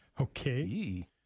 Okay